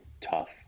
tough